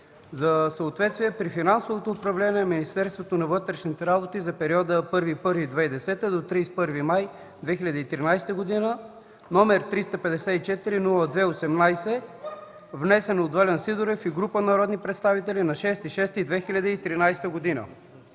за съответствие при финансовото управление на Министерството на вътрешните работи за периода от 1 януари 2010 г. до 31 май 2013 г., № 354-02-18, внесен от Волен Сидеров и група народни представители на 6 юни 2013 г.